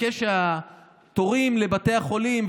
הוא מחכה שהתורים לבתי החולים,